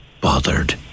bothered